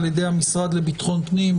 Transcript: ע"י המשרד לביטחון פנים,